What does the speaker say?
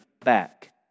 back